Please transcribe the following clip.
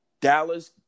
Dallas